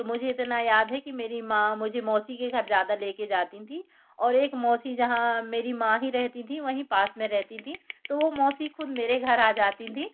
तो मुझे इतना याद है की मेरी माँ मुझे मौसी के घर ज़्यादा लेकर जाती थी और एक मौसी जहाँ मेरी माँ ही रहती थी वहीं पास में रहती थी तो वो मौसी खुद मेरे घर आ जाती थी